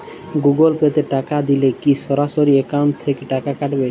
Google Pay তে টাকা দিলে কি সরাসরি অ্যাকাউন্ট থেকে টাকা কাটাবে?